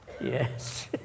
yes